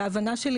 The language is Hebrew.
זאת אומרת,